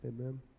Amen